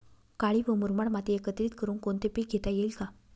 काळी व मुरमाड माती एकत्रित करुन कोणते पीक घेता येईल का?